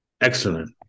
excellent